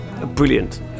brilliant